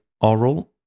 oral